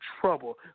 trouble